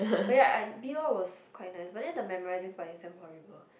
but ya and B law was quite nice but then the memorising part is damn horrible